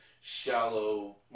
shallow